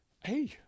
hey